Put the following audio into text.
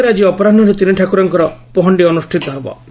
ବାରିପଦାରେ ଆଜି ଅପରାହୁରେ ତିନିଠାକୁରଙ୍କ ପହଣ୍ଡି ଅନୁଷ୍ଟିତ ହେବ